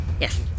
Yes